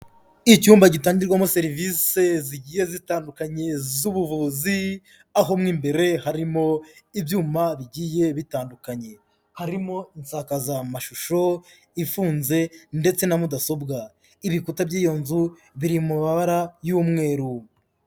Icyumba gitangirwamo serivisi zigiye zitandukanye z'ubuvuzi, aho mo imbere harimo ibyuma bigiye bitandukanye. Harimo insakazamashusho ifunze ndetse na mudasobwa, ibikuta by'iyo nzu biri mu mabara y'umweru.